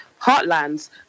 heartlands